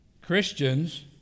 Christians